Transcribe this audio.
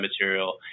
material